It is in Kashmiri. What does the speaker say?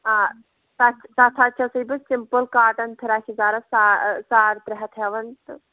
آ تَتھ تَتھ حظ چھَسَے بہٕ سِمپٕل کاٹَن فِراک یَزارَس سا ساڑ ترٛےٚ ہَتھ ہٮ۪وان تہٕ